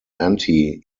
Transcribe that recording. anti